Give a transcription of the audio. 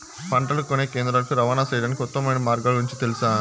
పంటలని కొనే కేంద్రాలు కు రవాణా సేయడానికి ఉత్తమమైన మార్గాల గురించి తెలుసా?